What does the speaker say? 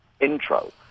intro